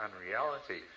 unreality